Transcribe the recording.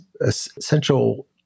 essential